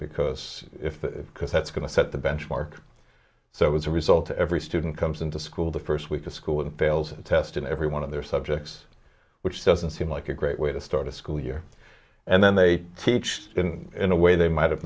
because because that's going to set the benchmark so it was a result every student comes into school the first week of school and fails the test in every one of their subjects which doesn't seem like a great way to start a school year and then they teach in a way they might have